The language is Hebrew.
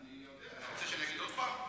אתה רוצה שאני אגיד עוד פעם?